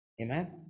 Amen